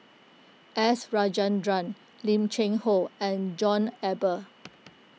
S Rajendran Lim Cheng Hoe and John Eber